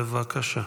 בבקשה.